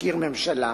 מזכיר ממשלה,